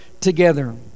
together